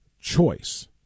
choice